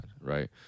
right